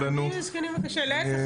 להפך,